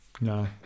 No